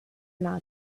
not